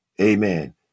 Amen